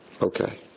Okay